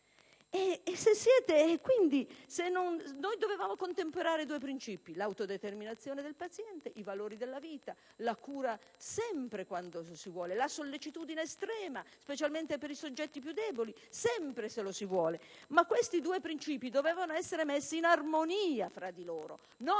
senza fine. Noi dovevamo contemperare due principi, l'autodeterminazione del paziente e i valori della vita, la cura sempre, quando la si vuole, la sollecitudine estrema, specialmente per i soggetti più deboli, sempre se la si vuole. Questi due principi, però, dovevano essere messi in armonia fra di loro, non